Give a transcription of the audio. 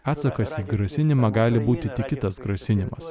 atsakas į grasinimą gali būti kitas grasinimas